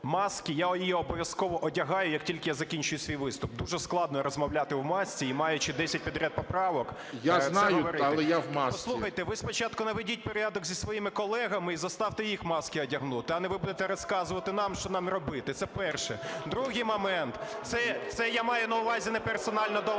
Я знаю. Але я – в масці.